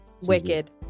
Wicked